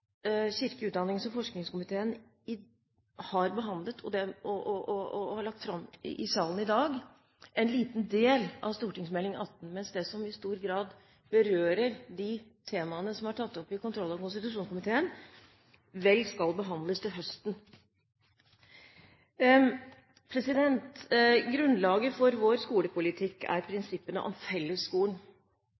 kirke-, utdannings- og forskningskomiteen har behandlet, og lagt fram i salen i dag, en liten del av Meld. St. 18, mens det som i stor grad berører de temaene som er tatt opp i kontroll- og konstitusjonskomiteen, vel skal behandles til høsten. Grunnlaget for vår skolepolitikk er prinsippene om fellesskolen,